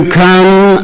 come